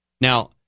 Now